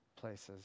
places